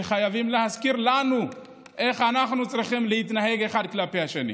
שבו חייבים להזכיר לנו איך אנחנו צריכים להתנהג אחד כלפי השני.